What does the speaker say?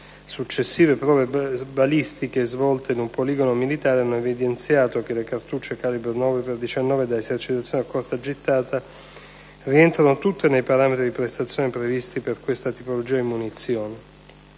Successive prove balistiche svolte in un poligono militare hanno evidenziato che le cartucce calibro 9x19 da esercitazione a corta gittata rientrano tutte nei parametri di prestazione previsti per questa tipologia di munizione.